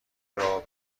راه